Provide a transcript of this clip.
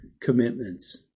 commitments